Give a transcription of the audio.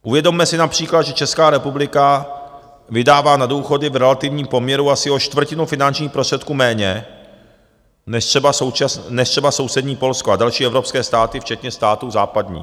Uvědomme si například, že Česká republika vydává na důchody v relativním poměru asi o čtvrtinu finančních prostředků méně než třeba sousední Polsko a další evropské státy, včetně států západních.